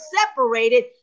separated